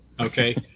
okay